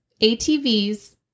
ATVs